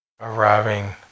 Arriving